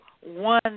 one